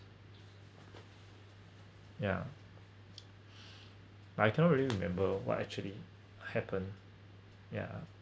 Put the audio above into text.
ya but I cannot really remember what actually happen yeah